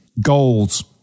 goals